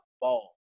ball